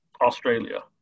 Australia